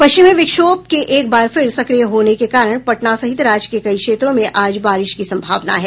पश्चिमी विक्षोभ के एक बार फिर सक्रिय होने के कारण पटना सहित राज्य के कई क्षेत्रों में आज बारिश की संभावना है